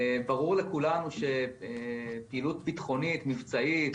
ברור לכולנו שפעילות ביטחונית מבצעית,